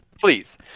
please